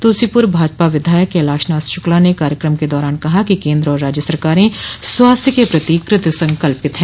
तुलसीपुर भाजपा विधायक कैलाशनाथ शुक्ला ने कार्यक्रम के दौरान कहा कि केन्द्र और राज्य सरकारें स्वास्थ्य के प्रति कृत संकल्पित है